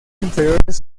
inferiores